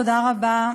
תודה רבה,